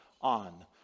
on